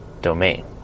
domain